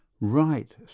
Right